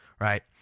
right